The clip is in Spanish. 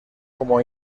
como